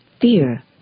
fear